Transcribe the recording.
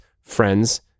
friends